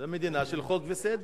זו מדינה של חוק וסדר.